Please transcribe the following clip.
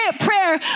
prayer